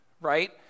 right